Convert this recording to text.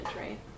right